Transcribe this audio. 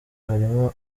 harimo